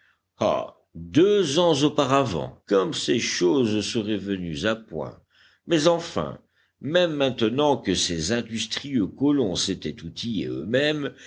ah deux ans auparavant comme ces choses seraient venues à point mais enfin même maintenant que ces industrieux colons s'étaient outillés euxmêmes